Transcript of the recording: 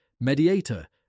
Mediator